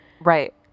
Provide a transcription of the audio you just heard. right